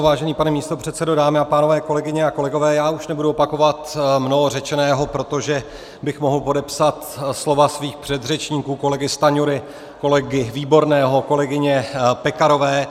Vážený pane místopředsedo, dámy a pánové, kolegyně a kolegové, já už nebudu opakovat mnoho řečeného, protože bych mohl podepsat slova svých předřečníků kolegy Stanjury, kolegy Výborného, kolegyně Pekarové.